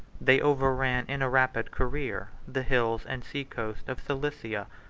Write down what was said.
they overran in a rapid career the hills and sea-coast of cilicia,